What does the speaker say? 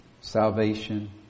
salvation